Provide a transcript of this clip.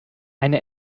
eine